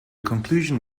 conclusion